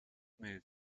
movement